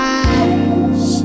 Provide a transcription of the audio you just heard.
eyes